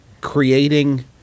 creating